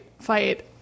fight